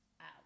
out